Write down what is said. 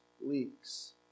leaks